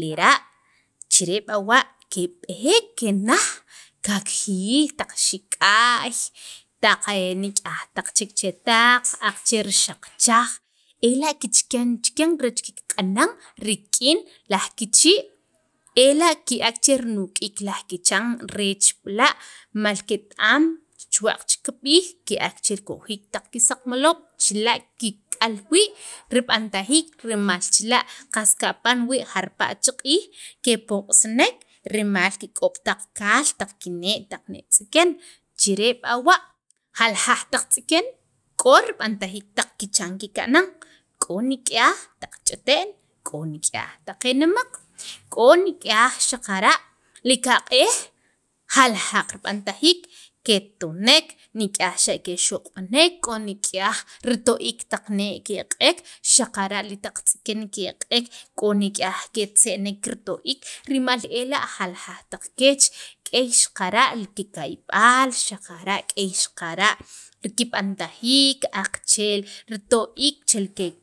lera' chire' b'awa keb'eek naj kakjiyij taq xikyaj taq nik'yaj chek chetaq aqachee' xaq chaj ela' kichakan chikyan reech kikq'inan rik'in laj kichii' ela' ke'ak che rinuk'iik laj kichan reech b'la' rimal ket- am che chuwaq che kab'ik ke'ak che rikojiik taq risaqmaloob' chila' kikk'al wii' rib'antajiik rimal qas kapan wii' jarpala' che q'iij kepoq'sanek rimal kik'ob' taq nee' tz'iken chire' b'awa' jaljaq taq tz'iken k'o rib'antajiik taq kichan kikb'anan, k'o nik'yaj taq ch'ite'n k'o nik'yaj taq e nemaq k'o nik'yaj xaqara' li qaq'ej jaljaq rib'antajiik ketonek, nik'yaj xa' kexok'b'inek, k'o nik'yaj rito'iik taq nee' ke'aq'ek, xaqara' taq tz'iken ke'aq'ek k'o nik'yaj ketz'anek rito'iik rimal ela' jaljaq taq keech, k'ey xaqara' kikayb'al xaqara' k'ey xaqara' li kib'antajiik aqache' rito'iik che